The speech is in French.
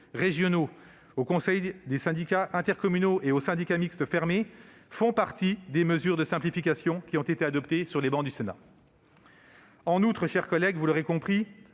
régionaux aux conseils des syndicats intercommunaux et aux syndicats mixtes fermés font partie des mesures de simplification qui ont été adoptées au Sénat. En conséquence, chers collègues, vous l'aurez compris,